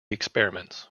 experiments